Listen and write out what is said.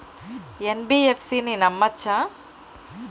NBFC ని నమ్మచ్చా?